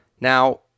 Now